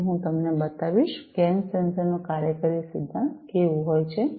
તેથી હું તમને બતાવીશ કે ગેસ સેન્સર નું કાર્યકારી સિદ્ધાંત કેવું છે